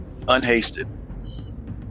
unhasted